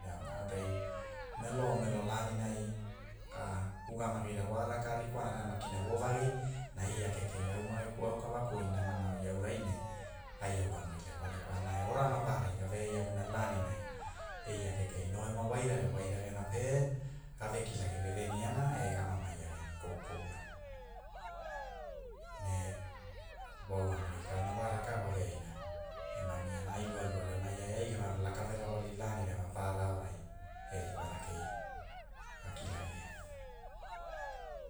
Irauna aurai, melo melo laninai, ugamagi wa raka rikwanara makina wovagi na eia kekei au mageku- au kavaku oi namana oi aura ne ai au ugamagi lekwa lekwa na ora mapararai gave ai iavuna lanilani, eia kekei no ema wairage wairagena pe gave kilagi veveniana e ga mamai agi koukouana, ne wa ugamagi kauna wa raka wa veaina ema miana ai lualua gemai ai ai gema laka verawali lanira maparara aorai e rikwana kei, ga kilagia